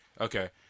Okay